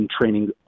training